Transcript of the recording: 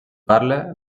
parla